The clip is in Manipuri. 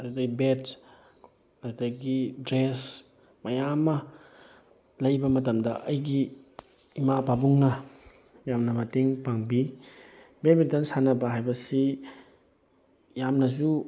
ꯑꯗꯨꯗꯒꯤ ꯕꯦꯠꯁ ꯑꯗꯨꯗꯒꯤ ꯗ꯭ꯔꯦꯁ ꯃꯌꯥꯝ ꯑꯃ ꯂꯩꯕ ꯃꯇꯝꯗ ꯑꯩꯒꯤ ꯏꯃꯥ ꯄꯥꯕꯨꯡꯅ ꯌꯥꯝꯅ ꯃꯇꯦꯡ ꯄꯥꯡꯕꯤ ꯕꯦꯠꯃꯤꯟꯇꯟ ꯁꯥꯟꯅꯕ ꯍꯥꯏꯕꯁꯤ ꯌꯥꯝꯅꯁꯨ